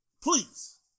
Please